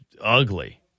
ugly